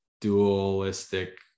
dualistic